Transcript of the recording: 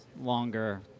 longer